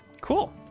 Cool